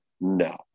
no